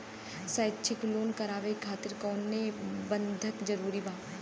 शैक्षणिक लोन करावे खातिर कउनो बंधक जरूरी बा?